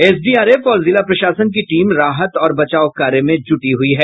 SDRF और जिला प्रशासन की टीम राहत और बचाव कार्य में जुटी हुयी है